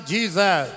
Jesus